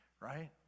right